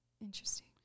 Interesting